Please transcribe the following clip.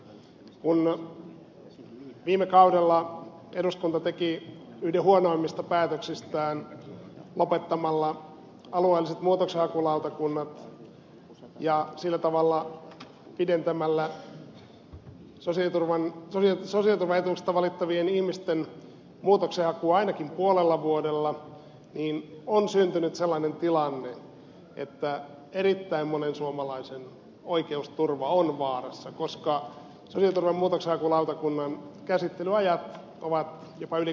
kun viime kaudella eduskunta teki yhden huonoimmista päätöksistään lopettamalla alueelliset muutoksenhakulautakunnat ja sillä tavalla pidentämällä sosiaaliturvaetuuksista valittavien ihmisten muutoksenhakua ainakin puolella vuodella on syntynyt sellainen tilanne että erittäin monen suomalaisen oikeusturva on vaarassa koska sosiaaliturvan muutoksenhakulautakunnan käsittelyajat ovat jopa yli kaksi vuotta